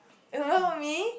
about me